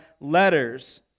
letters